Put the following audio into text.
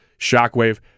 shockwave